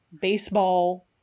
baseball